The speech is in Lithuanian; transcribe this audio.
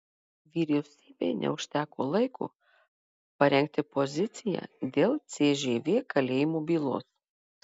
vyriausybei neužteko laiko parengti poziciją dėl cžv kalėjimo bylos